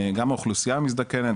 גם האוכלוסייה מזדקנת,